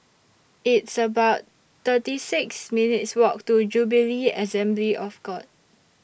It's about thirty six minutes' Walk to Jubilee Assembly of God